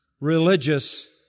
religious